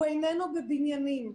הוא איננו בבניינים,